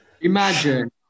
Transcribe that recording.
imagine